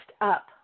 up